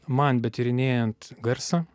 man betyrinėjant garsą